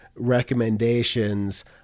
recommendations